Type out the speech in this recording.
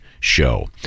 show